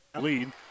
lead